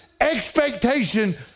expectation